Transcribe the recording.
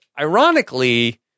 ironically